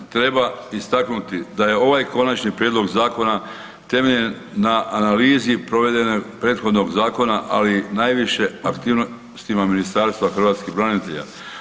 Treba istaknuti da je ovaj konačni prijedlog zakona temeljen na analizi provedenog prethodnog zakona, ali najviše aktivnostima Ministarstva hrvatskih branitelja.